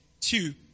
Two